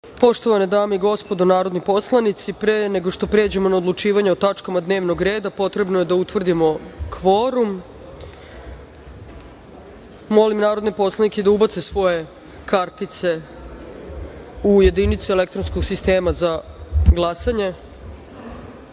Poštovane dame i gospodo narodni poslanici, pre nego što pređemo na odlučivanje o tačkama dnevnog reda, potrebno je da utvrdimo kvorum. Molim narodne poslanike da ubace svoje kartice u jedinice elektronskog sistema za